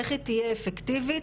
איך היא תהיה אפקטיבית?